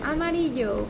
Amarillo